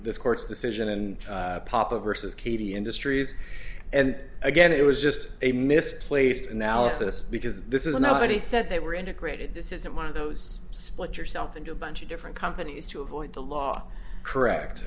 this court's decision and papa vs katie industries and again it was just a misplaced analysis because this is an out and he said they were integrated this isn't one of those split yourself into a bunch of different companies to avoid the law correct